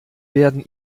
werden